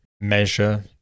measure